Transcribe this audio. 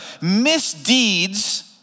misdeeds